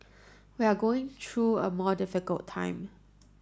we are going through a more difficult time